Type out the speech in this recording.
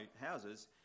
houses